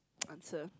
answer